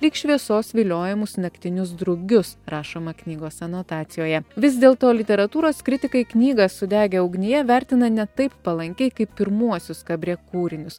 lyg šviesos viliojamus naktinius drugius rašoma knygos anotacijoje vis dėlto literatūros kritikai knygą sudegę ugnyje vertina ne taip palankiai kaip pirmuosius kabrė kūrinius